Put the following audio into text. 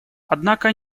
однако